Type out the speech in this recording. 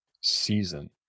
season